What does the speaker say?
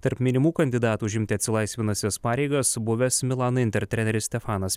tarp minimų kandidatų užimti atsilaisvinusias pareigas buvęs milano inter treneris stefanas